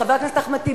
חבר הכנסת מאיר שטרית,